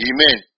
Amen